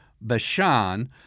Bashan